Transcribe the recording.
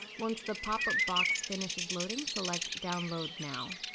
once the pop-up box finishes loading, select download now.